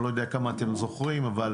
אני לא יודע כמה אתם זוכרים, אבל